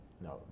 no